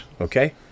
Okay